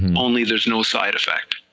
um only there's no side effect,